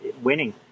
winning